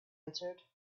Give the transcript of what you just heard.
answered